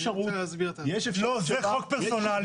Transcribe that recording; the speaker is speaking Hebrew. זה חוק פרסונלי,